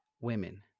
women